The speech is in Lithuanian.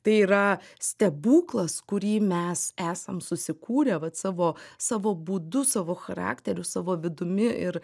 tai yra stebuklas kurį mes esam susikūrę vat savo savo būdu savo charakteriu savo vidumi ir